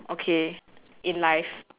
okay in life